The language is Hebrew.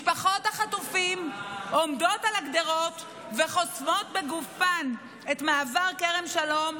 משפחות החטופים עומדות על הגדרות וחוסמות בגופן את מעבר כרם שלום,